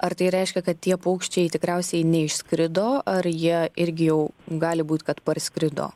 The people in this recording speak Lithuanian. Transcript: ar tai reiškia kad tie paukščiai tikriausiai neišskrido ar jie irgi jau gali būt kad parskrido